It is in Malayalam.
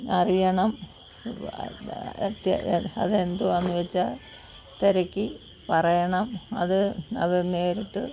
അറിയണം അത് എന്തുവാണെന്ന് വച്ചാൽ തിരക്കി പറയണം അത് അത് നേരിട്ട്